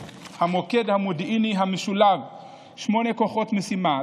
המוקד המודיעיני המשולב שמונה כוחות משימה.